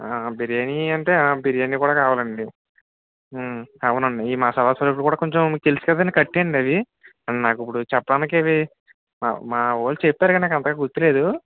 బిర్యానీ అంటే బిర్యానీ కూడా కావాలండి అవునండి ఈ మసాలా సరుకులు కూడా కొంచెం తెల్సు కదండి కట్టేయండి అవి నాకు ఇప్పుడు చెప్పడానికి ఇవి మావాళ్ళు చెప్పారు కానీ నాకు అంతగా గుర్తులేదు